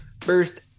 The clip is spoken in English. First